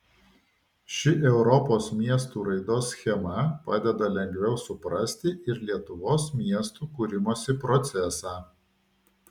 ši europos miestų raidos schema padeda lengviau suprasti ir lietuvos miestų kūrimosi procesą